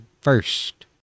first